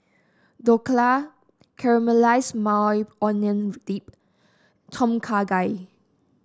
Dhokla Caramelized Maui Onion Dip Tom Kha Gai